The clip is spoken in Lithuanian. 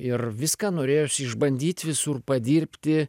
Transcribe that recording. ir viską norėjosi išbandyt visur padirbti